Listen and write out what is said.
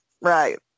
right